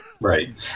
Right